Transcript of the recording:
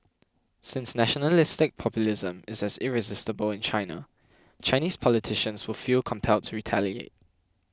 since nationalistic populism is as irresistible in China Chinese politicians will feel compelled to retaliate